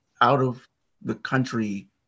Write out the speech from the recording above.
out-of-the-country